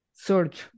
Search